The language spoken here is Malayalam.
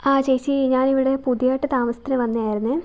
ആ ചേച്ചി ഞാനിവിടെ പുതിയതായിട്ട് താമസത്തിനു വന്നത് ആയിരുന്നെ